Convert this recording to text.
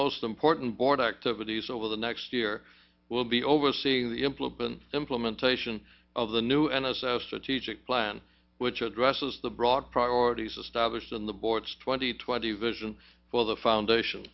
most important board activities over the next year will be overseeing the employer been implementation of the new n s f strategic plan which addresses the broad priorities established in the board's twenty twenty vision for the foundation